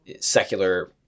secular